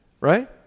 Right